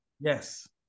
Yes